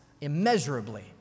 immeasurably